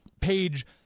page